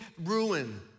ruin